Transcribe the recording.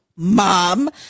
Mom